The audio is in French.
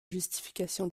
justification